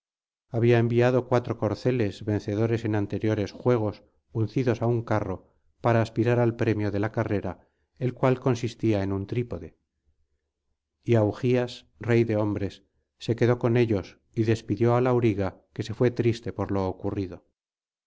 había enviado cuatro corceles vencedores en anteriores juegos uncidos á un carro para aspirar al premio de la carrera el cual consistía en un trípode y augías rey de hombres se quedó con ellos y despidió al auriga que se fué triste por lo ocurrido